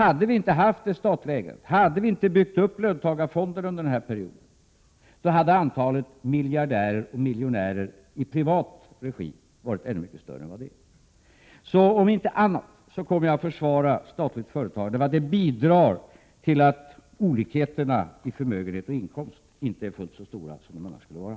Om vi inte hade haft statligt ägande och om vi inte hade byggt upp löntagarfonderna under den här perioden, skulle antalet miljardärer och miljonärer i privat regi ha varit mycket större. Jag kommer att försvara statligt ägande åtminstone av den anledningen att det bidrar till att olikheterna i fråga om förmögenhet och inkomster inte är fullt så stora som de annars skulle vara.